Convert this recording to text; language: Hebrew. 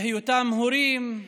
היותם הורים,